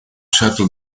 settle